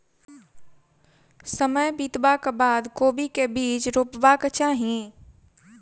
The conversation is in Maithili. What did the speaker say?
समय बितबाक बाद कोबी केँ के बीज रोपबाक चाहि?